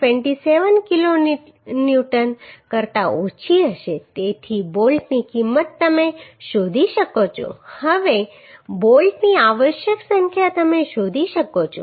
27 kilonewton કરતાં ઓછી હશે તેથી બોલ્ટની કિંમત તમે શોધી શકો છો હવે બોલ્ટની આવશ્યક સંખ્યા તમે શોધી શકો છો